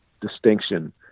distinction